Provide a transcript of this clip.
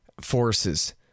forces